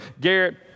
Garrett